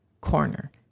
corner